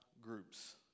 groups